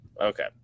Okay